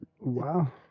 Wow